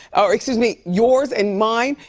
or, excuse me, yours and mine.